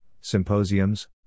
symposiums